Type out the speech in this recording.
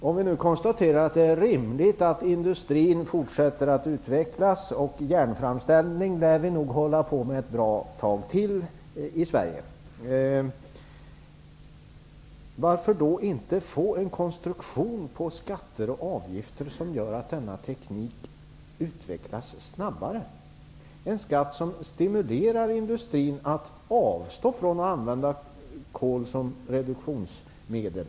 Om vi nu kan konstatera att det är rimligt att industrin fortsätter att utvecklas -- järnframställning lär vi i Sverige nog hålla på med ett bra tag till -- undrar jag varför vi inte kan få en konstruktion när det gäller skatter och avgifter som bidrar till att denna teknik utvecklas snabbare, en skatt som skulle stimulera till att man inom industrin avstod från att använda kol som reduktionsmedel.